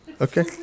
Okay